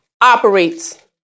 operates